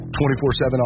24-7